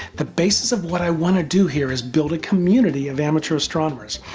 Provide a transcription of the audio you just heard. the basis of what i want to do here is build a community of amateur astronomers.